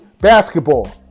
basketball